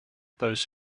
those